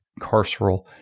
carceral